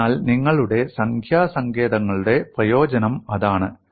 അതിനാൽ നിങ്ങളുടെ സംഖ്യാ സങ്കേതങ്ങളുടെ പ്രയോജനം അതാണ്